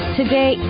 Today